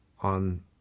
on